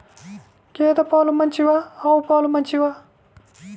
గేద పాలు మంచివా ఆవు పాలు మంచివా?